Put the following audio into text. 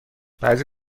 بعضی